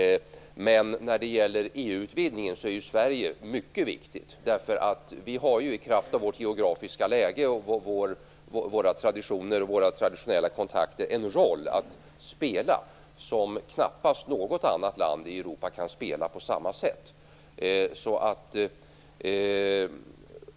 Men när det gäller EU-utvidgningen är ju Sverige mycket viktigt. Vi har ju, i kraft av vårt geografiska läge och våra traditionella kontakter, en roll att spela som knappast något annat land i Europa kan spela på samma sätt.